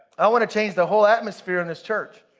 i wanna change the whole atmosphere in this church.